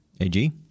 AG